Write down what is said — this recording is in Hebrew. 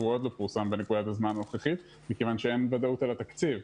והוא עוד לא פורסם בזמן הנוכחי מכיוון שאין ודאות על התקציב.